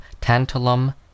tantalum